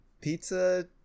pizza